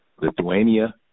Lithuania